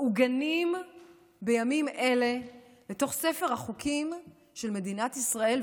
מעוגנים בימים אלה בתוך ספר החוקים של מדינת ישראל,